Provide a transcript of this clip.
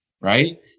right